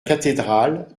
cathédrale